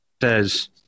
says